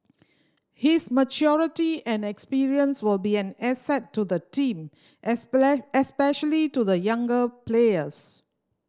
his maturity and experience will be an asset to the team especially to the younger players